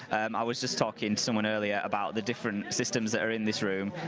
and i was just talking to someone earlier about the different systems that are in this room.